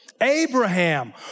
Abraham